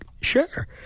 sure